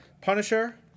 Punisher